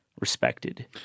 respected